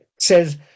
says